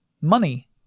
money